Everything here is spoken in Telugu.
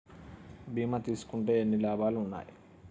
బీమా తీసుకుంటే ఎన్ని లాభాలు ఉన్నాయి?